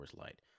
Light